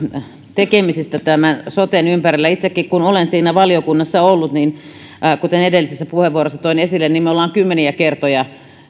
tekemisistä soten ympärillä itsekin olen siinä valiokunnassa ollut ja kuten edellisessä puheenvuorossa toin esille me olemme kymmeniä kertoja